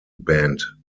band